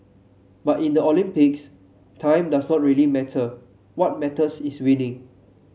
but in the Olympics time does not really matter what matters is winning